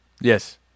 Yes